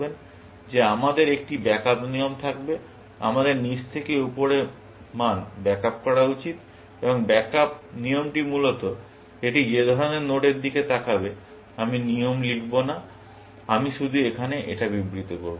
যে আমাদের একটি ব্যাকআপ নিয়ম থাকবে আমাদের নিচ থেকে উপরে মান ব্যাক আপ করা উচিত এবং ব্যাকআপ নিয়মটি মূলত এটি যে ধরনের নোডের দিকে তাকাবে আমি নিয়ম লিখব না আমি শুধু এখানে এটা বিবৃত করব